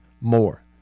more